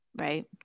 Right